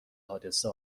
حادثه